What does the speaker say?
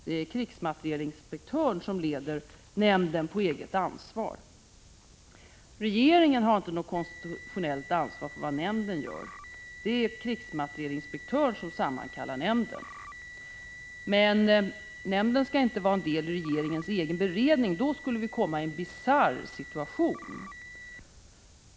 Det är 7n krigsmaterielinspektören som leder nämnden på eget ansvar.” Regeringen har inte något konstitutionellt ansvar för vad nämnden gör utan det är krigsmaterielinspektören som sammankallar nämnden. ”Men nämnden skall inte vara en del i regeringens egen beredning — då skulle vi komma i en bisarr situation.